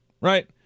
Right